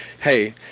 hey